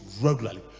regularly